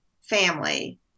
family